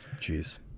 Jeez